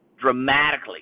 dramatically